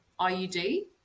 IUD